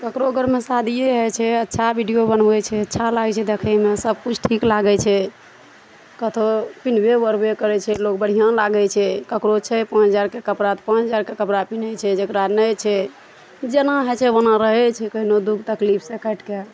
ककरो घरमे शादिये होइ छै अच्छा बीडियो बनबै छै अच्छा लागै छै देखैमे सबकिछु ठीक लागै छै कतहु पहिरबै ओढ़बे करै छै लोग बढ़िऑं लागै छै ककरो छै पाँच हजारके कपड़ा तऽ पाँच हजारके कपड़ा पैहरै छै जेकरा नहि छै जेना होइ छै ओना रहै छै कहिनो दुख तकलीफ से काटिके